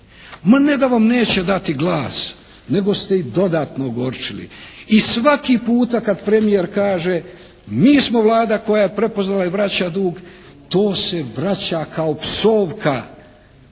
ne da vam neće dati glas nego ste ih dodatno ogorčili i svaki puta kada premijer kaže mi smo Vlada koja je prepoznala i vraća dug, to se vraća kao psovka